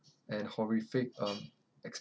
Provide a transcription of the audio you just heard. and horrific um